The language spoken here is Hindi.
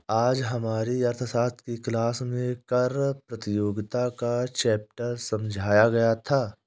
आज हमारी अर्थशास्त्र की क्लास में कर प्रतियोगिता का चैप्टर समझाया गया था